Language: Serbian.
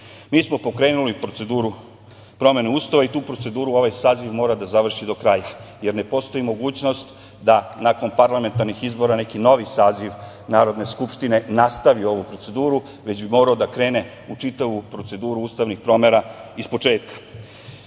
Mi smo pokrenuli proceduru promene Ustava i tu proceduru ovaj saziv mora da završi do kraja, jer ne postoji mogućnost da nakon parlamentarnih izbora neki novi saziv Narodne skupštine nastavi ovu proceduru, već bi morao da krene u čitavu proceduru ustavnih promene izpočetka. Mi